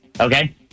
Okay